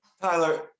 Tyler